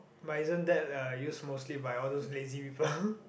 but isn't that uh used mostly by all those lazy people